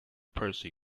percy